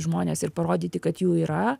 žmones ir parodyti kad jų yra